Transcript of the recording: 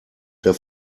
der